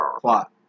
plot